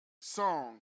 song